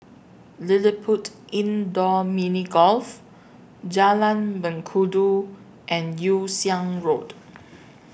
LilliPutt Indoor Mini Golf Jalan Mengkudu and Yew Siang Road